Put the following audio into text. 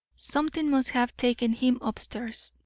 something must have taken him up-stairs.